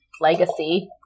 legacy